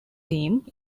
team